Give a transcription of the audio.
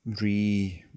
re